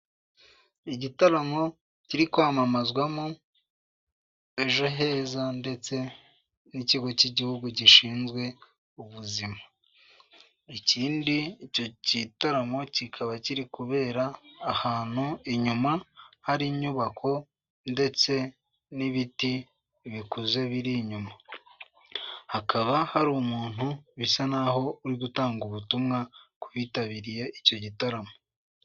Igitaramo kiri kwamamazwamo ejo heza ndetse n'ikigo k'igihugu gishwinzwe ubuzima ikindi icyo gitaramo kikaba kiri kubera ahantu inyuma hari inyubako ndetse nibiti bikuze biri inyuma hakaba hari umuntu bisa naho uri gutanga ubutumwa kubitabiriye icyo gitaramo.